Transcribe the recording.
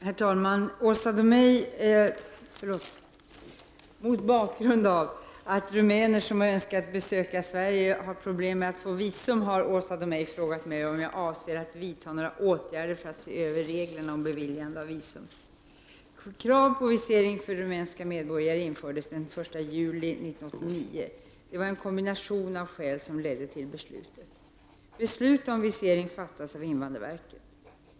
Herr talman! Mot bakgrund av att rumäner som önskar besöka Sverige har problem med att få visum har Åsa Domeij frågat mig om jag avser att vidta några åtgärder för att se över reglerna om beviljande av visum. Beslut om visering fattas av invandrarverket.